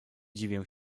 dziwię